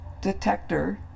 detector